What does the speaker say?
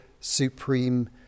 Supreme